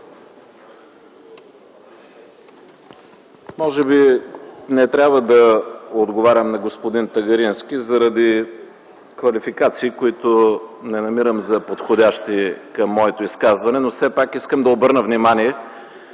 Може би не трябва да отговарям на господин Тагарински заради квалификации, които не намирам за подходящи към моето изказване. Искам да обърна внимание